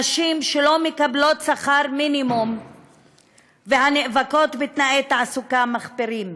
לנשים שלא מקבלות שכר מינימום והנאבקות בתנאי תעסוקה מחפירים,